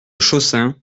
chaussin